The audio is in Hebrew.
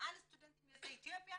על סטודנטים יוצאי אתיופיה